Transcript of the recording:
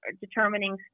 determining